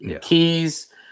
Keys